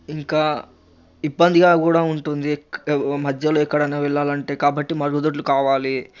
ఇంకా ఇబ్బందిగా కూడా ఉంటుంది మధ్యలో ఎక్కడైనా వెళ్ళాలంటే కాబట్టి మరుగుదొడ్లు కావాలి